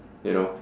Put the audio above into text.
you know